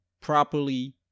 properly